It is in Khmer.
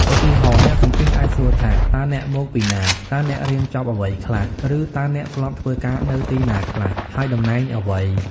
ឧទាហរណ៍ អ្នកសម្ភាសន៍អាចសួរថា "តើអ្នកមកពីណា?" "តើអ្នករៀនចប់អ្វីខ្លះ?" ឬ "តើអ្នកធ្លាប់ធ្វើការនៅទីណាខ្លះ ហើយតំណែងអ្វី?"។